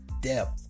depth